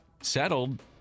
settled